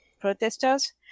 protesters